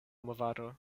movado